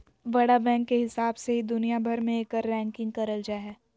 बड़ा बैंक के हिसाब से ही दुनिया भर मे एकर रैंकिंग करल जा हय